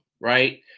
right